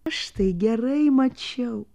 aš tai gerai mačiau